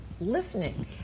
listening